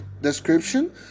description